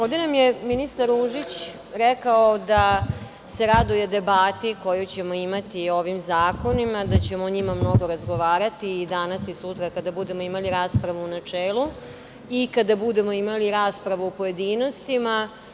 Ovde nam je ministar Ružić rekao da se raduje debati koju ćemo imati o ovim zakonima, da ćemo o njima mnogo razgovarati i danas i sutra kada budemo imali raspravu u načelu i kada budemo imali raspravu u pojedinostima.